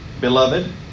Beloved